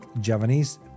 Javanese